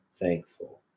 thankful